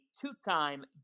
two-time